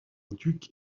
duc